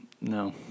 No